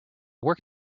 work